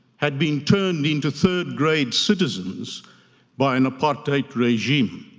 had been turned into third-grade citizens by an apartheid regime.